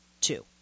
Two